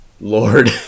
Lord